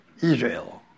Israel